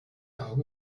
augen